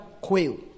quail